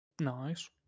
Nice